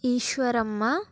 Eshwaramma